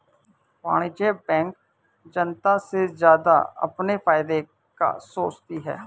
वाणिज्यिक बैंक जनता से ज्यादा अपने फायदे का सोचती है